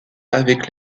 avec